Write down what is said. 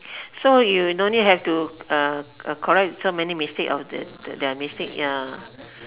so you no need have to uh uh correct so many mistakes of their their mistake ya